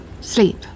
Sleep